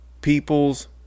people's